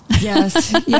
Yes